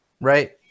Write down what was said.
Right